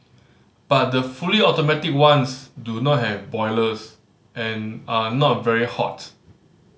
but the fully automatic ones do not have boilers and are not very hot